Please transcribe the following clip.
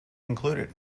included